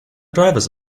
drivers